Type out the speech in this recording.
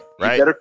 Right